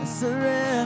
surrender